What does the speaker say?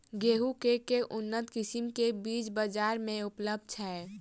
गेंहूँ केँ के उन्नत किसिम केँ बीज बजार मे उपलब्ध छैय?